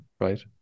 right